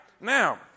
Now